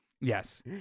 Yes